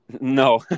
no